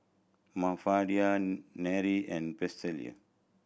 Mafalda Nery and Presley